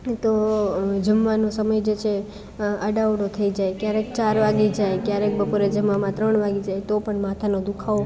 તો જમવાનો સમય જે છે આડા અવળો થઈ જાય ક્યારેક ચાર વાગી જાય ક્યારેક બપોરે જમવામાં ત્રણ વાગી જાય તો પણ માથાનો દુખાવો